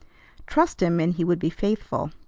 trust him, and he would be faithful.